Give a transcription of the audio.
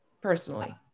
personally